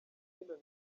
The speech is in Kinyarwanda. imbyino